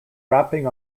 rapping